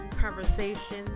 conversation